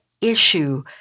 issue